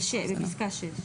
בפסקה (6).